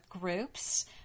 groups